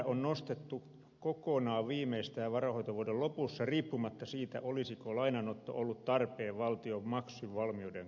on nostettu kokonaan viimeistään varainhoitovuoden lopussa riippumatta siitä olisiko lainanotto ollut tarpeen valtion maksuvalmiuden kannalta